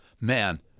man